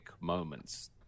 moments